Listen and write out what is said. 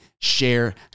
share